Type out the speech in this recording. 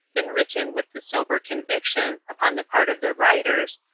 been written with the sober conviction, upon the part of the writers,